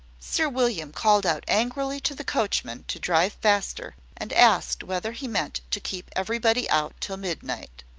sir william called out angrily to the coachman to drive faster, and asked whether he meant to keep everybody out till midnight.